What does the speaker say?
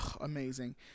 Amazing